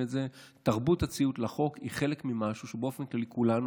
תרבות הציות לחוק היא משהו שבאופן כללי כולנו,